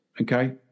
okay